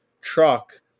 truck